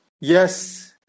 Yes